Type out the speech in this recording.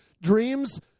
dreams